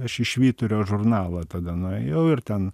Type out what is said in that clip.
aš į švyturio žurnalo tada nuėjau ir ten